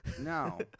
no